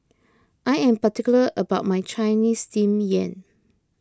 I am particular about my Chinese Steamed Yam